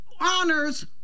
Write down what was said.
honors